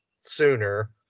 sooner